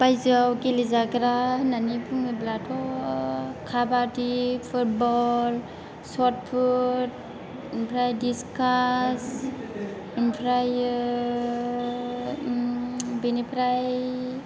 बायजोयाव गेलेजाग्रा होननानै बुङोब्लाथ' काबादि फुटबल सटफुट ओमफ्राय डिसकास ओमफ्रायो बिनिफ्राय